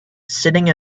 sitting